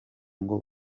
ngo